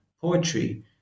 poetry